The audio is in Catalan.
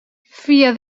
fia